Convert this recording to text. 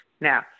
Now